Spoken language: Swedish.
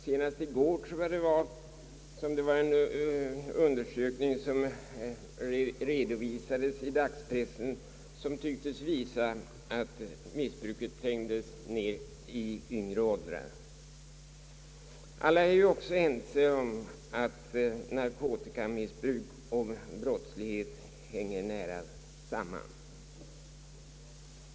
Senast i går, tror jag det var, redovisades i dagspressen en undersökning, som tycktes visa att missbruket har trängt ned i yngre åldrar. Alla är vi också ense om att narkotikamissbruk och brottslighet hänger nära samman.